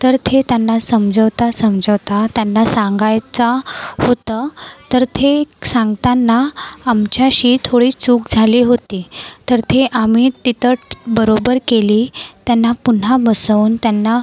तर ते त्यांना समजावता समजावता त्यांना सांगायचा होतं तर ते सांगताना आमच्याशी थोडी चूक झाली होती तर ते आम्ही तिथं बरोबर केली त्यांना पुन्हा बसवून त्यांना